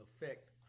effect